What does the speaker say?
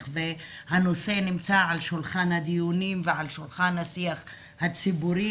והנושא נמצא על שולחן הדיונים ועל שולחן השיח הציבורי,